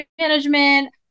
management